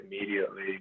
immediately